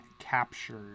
captured